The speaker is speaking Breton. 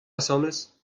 asambles